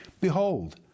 Behold